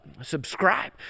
subscribe